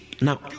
Now